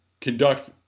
conduct